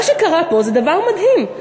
מה שקרה פה זה דבר מדהים,